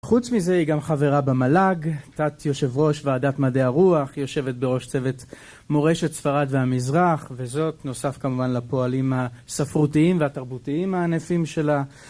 חוץ מזה היא גם חברה במל"ג, תת יו"ר ועדת מדעי הרוח, יושבת בראש צוות מורשת ספרד והמזרח, וזאת נוסף כמובן לפועלים הספרותיים והתרבותיים הענפים שלה.